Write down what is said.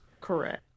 correct